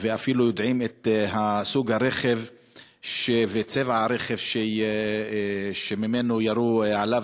ואפילו יודעים את סוג הרכב וצבע הרכב שממנו ירו עליו,